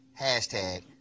Hashtag